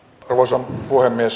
arvoisa puhemies